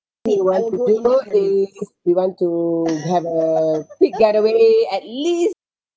we want to do both things we want to have a quick getaway at least